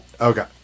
Okay